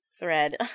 thread